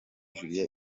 julie